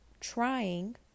Trying